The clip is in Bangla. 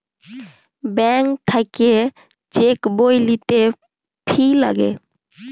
ব্যাঙ্ক থাক্যে চেক বই লিতে ফি লাগে